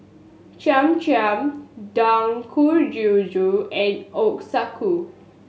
Cham Cham Dangojiru and Ochazuke